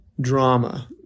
drama